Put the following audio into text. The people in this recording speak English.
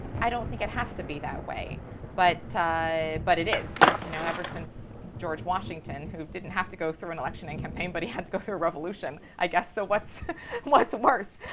i don't think it has to be that way but but it is, you know, ever since george washington, who didn't have to go through an election and campaign but he had to go through a revolution, i guess, so what's what's worse.